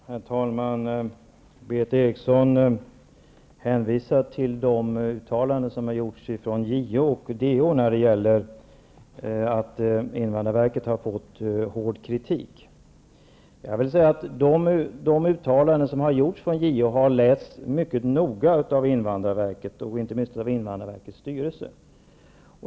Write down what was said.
Herr talman! Berith Eriksson hänvisar till de uttalanden som har gjorts från JO och DO när det gäller den hårda kritik som invandrarverket har fått. De uttalanden som har gjorts från JO har lästs mycket noga på invandrarverket, inte minst av invandrarverkets styrelse.